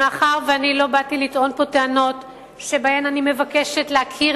מאחר שלא באתי לטעון פה טענות שבהן אני מבקשת להכיר